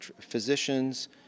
physicians